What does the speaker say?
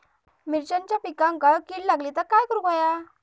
मिरचीच्या पिकांक कीड लागली तर काय करुक होया?